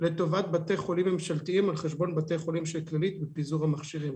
לטובת בתי חולים ממשלתיים על חשבון בתי חולים של כללית בפיזור המכשירים.